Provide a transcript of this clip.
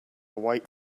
white